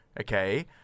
okay